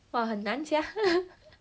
!wah! 很难 sia